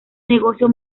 negocio